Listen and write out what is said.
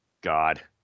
God